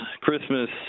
Christmas